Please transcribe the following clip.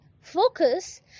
focus